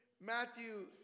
Matthew